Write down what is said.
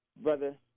brother